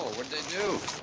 what'd they do?